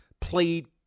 played